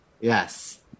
Yes